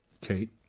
Kate